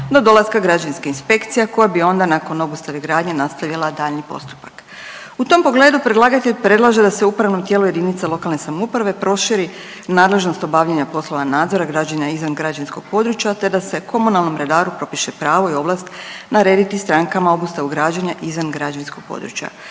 do dolaska Građevinske inspekcije koja bi onda nakon obustave gradnje nastavila daljnji postupak. U tom pogledu predlagatelj predlaže da se upravnom tijelu jedinice lokalne samouprave proširi nadležnost obavljanja poslova nadzora građenja izvan građevinskog područja, te da se komunalnom redaru propiše pravo i ovlast narediti strankama obustavu građenja izvan građevinskog područja.